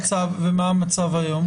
ומה המצב היום?